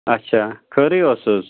اَچھا خٲرٕے اوس حظ